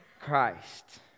Christ